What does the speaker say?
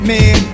Man